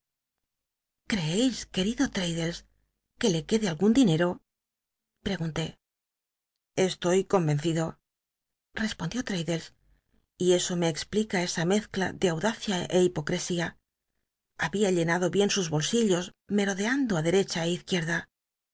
creeis querido l'raddlcs que le quede al gun dineto pregun té estoy convencido respondió l'taddles y eso me expl ica esa mezcla de audaci l é hil ocresía babia llenado bien sus bolsillos merodeando i derecha é izquierda